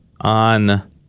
on